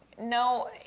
no